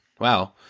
Wow